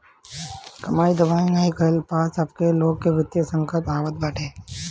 कमाई धमाई नाइ कईला पअ सबके लगे वित्तीय संकट आवत बाटे